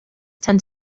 tend